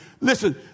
Listen